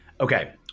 okay